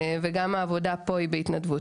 וגם את העבודה פה.